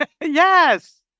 Yes